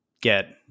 get